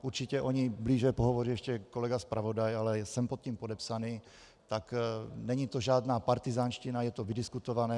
Určitě o ní blíže pohovoří ještě kolega zpravodaj, ale jsem pod tím podepsaný, tak není to žádná partyzánština, je to vydiskutované.